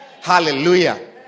hallelujah